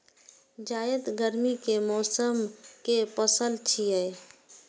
जायद गर्मी के मौसम के पसल छियै